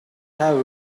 have